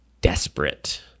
desperate